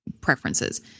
preferences